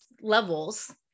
levels